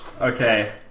Okay